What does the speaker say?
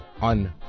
on